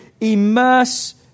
immerse